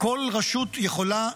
כל רשות יכולה,